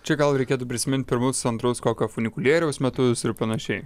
čia gal reikėtų prisimint pirmus antrus kokio funikulieriaus metus ir panašiai